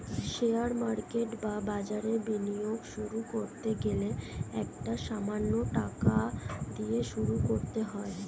share market বা বাজারে বিনিয়োগ শুরু করতে গেলে একটা সামান্য টাকা দিয়ে শুরু করতে হয়